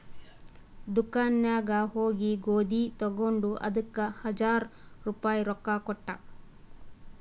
ದುಕಾನ್ ನಾಗ್ ಹೋಗಿ ಗೋದಿ ತಗೊಂಡ ಅದಕ್ ಹಜಾರ್ ರುಪಾಯಿ ರೊಕ್ಕಾ ಕೊಟ್ಟ